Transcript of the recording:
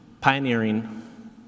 pioneering